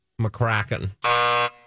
McCracken